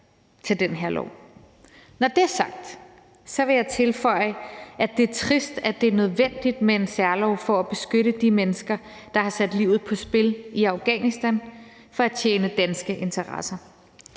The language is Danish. Når det er sagt, vil jeg tilføje, at det er trist, at det er nødvendigt med en særlov for at beskytte de mennesker, der har sat livet på spil i Afghanistan for at tjene danske interesser.